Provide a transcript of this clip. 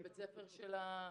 בבית ספר של החגים,